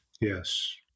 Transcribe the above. yes